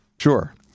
Sure